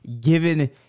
given